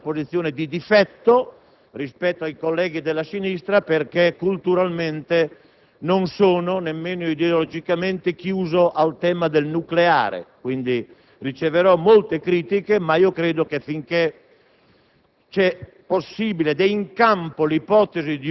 temi. Affronterò questa discussione partendo da una posizione di difetto rispetto ai colleghi della sinistra, perché culturalmente ed ideologicamente non sono nemmeno chiuso al tema del nucleare, quindi riceverò molte critiche, ma credo che finché